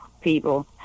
people